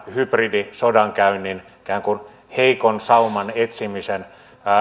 tämän hybridisodankäynnin ikään kuin heikon sauman etsimisen